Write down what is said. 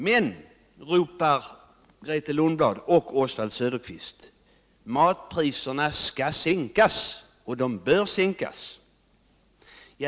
Men, ropar Grethe Lundblad och Oswald Söderqvist, matpriserna skall sänkas, de måste sänkas!